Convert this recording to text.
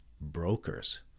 brokers